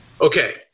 Okay